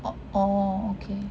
oh orh okay